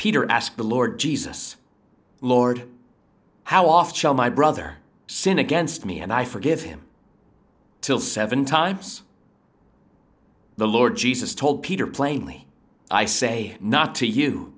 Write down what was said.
peter ask the lord jesus lord how off shall my brother sin against me and i forgive him till seven times the lord jesus told peter plainly i say not to you